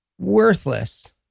Worthless